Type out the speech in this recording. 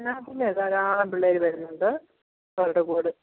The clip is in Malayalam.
ആ പിന്നെ ധാരാളം പിള്ളേര് വരുന്നുണ്ട് അവരുടെ കൂടെ